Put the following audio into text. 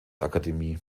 akademie